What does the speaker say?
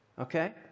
Okay